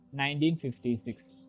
1956